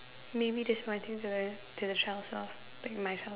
maybe that's what I think the to the child as well like my child